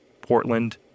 Portland